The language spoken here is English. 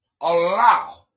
Allow